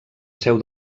seu